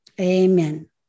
Amen